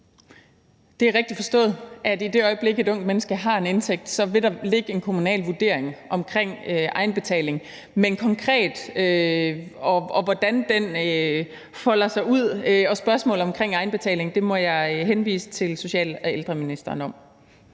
Det er rigtigt forstået, at i det øjeblik et ungt menneske har en indtægt, vil der ligge en kommunal vurdering af egenbetalingen, men hvad angår, hvordan det konkret skal folde sig ud, og hele spørgsmålet om egenbetaling, må jeg henvise til social- og ældreministeren.